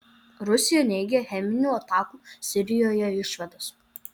rusija neigia cheminių atakų sirijoje išvadas